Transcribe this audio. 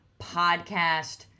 podcast